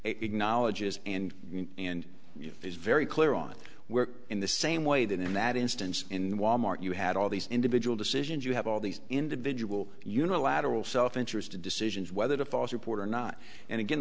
acknowledges and and is very clear on where in the same way that in that instance in the wal mart you had all these individual decisions you have all these individual unilateral self interest to decisions whether to false report or not and again